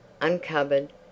uncovered